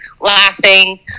laughing